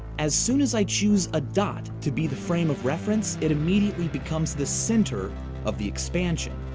as soon as i choose a dot to be the frame of reference, it immediately becomes the center of the expansion.